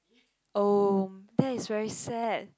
oh that is very sad